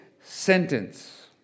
sentence